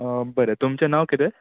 बरें तुमचें नांव कितें